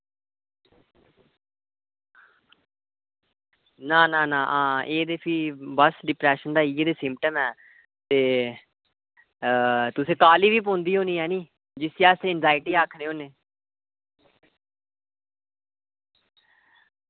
ना ना एह् ते फ्ही बस डिप्रेशन दा ते इयै सिम्पटम ऐ ते तुसें ई काह्ली बी पौंदी होनी ऐ नी जिसी अस एनग्जायटी आक्खने होन्ने